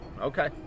okay